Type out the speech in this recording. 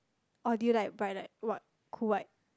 or do you like bright light what cool white